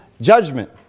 judgment